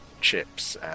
Chips